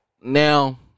Now